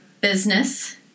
business